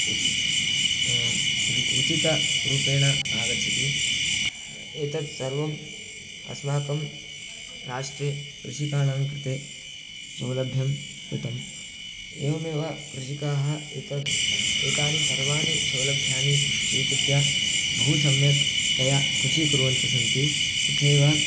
उच् उचितरूपेण आगच्छति एतत् सर्वम् अस्माकं राष्ट्रे कृषिकाणां कृते सौलभ्यं कृतम् एवमेव कृषिकाः एतत् एतानि सर्वाणि सौलभ्यानि स्वीकृत्य बहु सम्यक्तया कृषि कुर्वन्तः सन्ति तथैव